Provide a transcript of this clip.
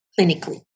clinically